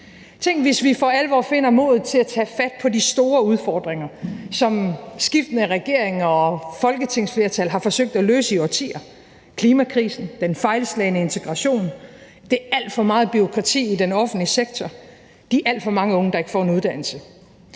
Tænk, hvis vi for alvor finder modet til at tage fat på de store udfordringer, som skiftende regeringer og folketingsflertal har forsøgt at løse i årtier: klimakrisen, den fejlslagne integration, det alt for meget bureaukrati i den offentlige sektor, de alt for mange unge, der ikke får en uddannelse.